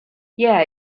yeah